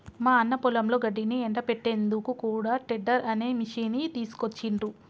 మా అన్న పొలంలో గడ్డిని ఎండపెట్టేందుకు కూడా టెడ్డర్ అనే మిషిని తీసుకొచ్చిండ్రు